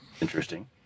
Interesting